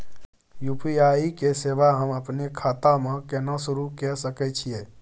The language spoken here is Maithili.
यु.पी.आई के सेवा हम अपने खाता म केना सुरू के सके छियै?